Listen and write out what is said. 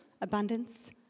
Abundance